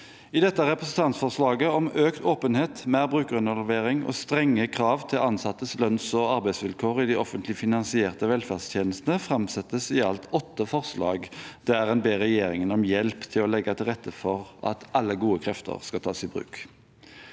I dette representantforslaget om økt åpenhet, mer brukerinvolvering og strenge krav til ansattes lønns- og arbeidsvilkår i de offentlig finansierte velferdstjenestene framsettes i alt åtte forslag der en ber regjeringen om hjelp til å legge til rette for at alle gode krefter skal tas i bruk.